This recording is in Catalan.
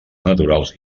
naturals